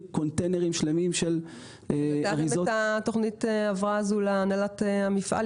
קונטיינרים שלמים של אריזות נתתם את תוכנית ההבראה הזו להנהלת המפעל?